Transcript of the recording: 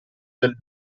del